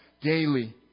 daily